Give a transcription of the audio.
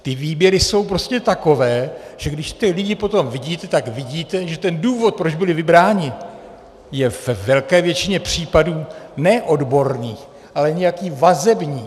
Ty výběry jsou prostě takové, že když ty lidi potom vidíte, tak vidíte, že ten důvod, proč byli vybráni, je ve velké většině případů ne odborný, ale nějaký vazebný.